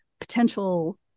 potential